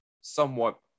somewhat